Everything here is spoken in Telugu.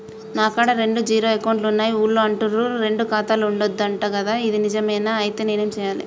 నా కాడా రెండు జీరో అకౌంట్లున్నాయి ఊళ్ళో అంటుర్రు రెండు ఖాతాలు ఉండద్దు అంట గదా ఇది నిజమేనా? ఐతే నేనేం చేయాలే?